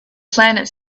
planet